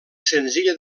senzilla